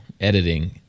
editing